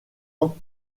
ans